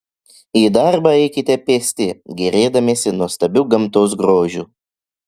į darbą eikite pėsti gėrėdamiesi nuostabiu gamtos grožiu